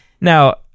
Now